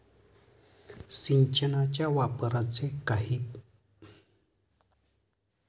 सिंचनाच्या वापराचे काही फायदे आहेत का?